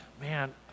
Man